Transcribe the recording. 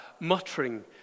muttering